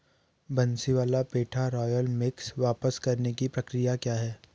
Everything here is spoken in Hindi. बंसीवाला पेठा रॉयल मिक्स वापस करने की प्रक्रिया क्या है